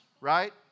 right